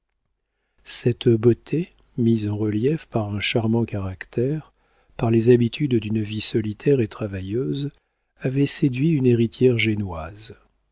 cette beauté mise en relief par un charmant caractère par les habitudes d'une vie solitaire et travailleuse avait séduit une héritière génoise